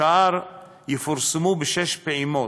השאר יפורסמו בשש פעימות,